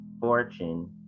Fortune